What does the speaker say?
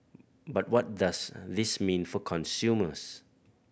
but what does this mean for consumers